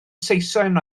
saeson